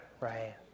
Right